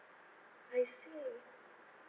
I see